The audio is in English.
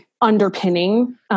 underpinning